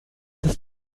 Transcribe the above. ist